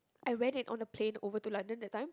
I read it on the plane over to London the time